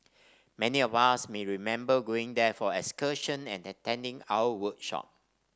many of us may remember going there for excursions and attending our workshop